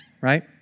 right